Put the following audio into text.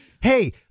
Hey